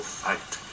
fight